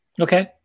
Okay